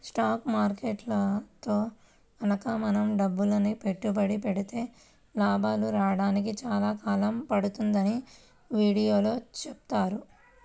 stock మార్కెట్టులో గనక మనం డబ్బులని పెట్టుబడి పెడితే లాభాలు రాడానికి చాలా కాలం పడుతుందని వీడియోలో చెప్పారు